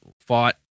fought